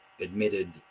admitted